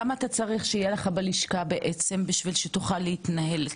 כמה אתה צריך שיהיה לך בלשכה בעצם בשביל שתוכל להתנהל,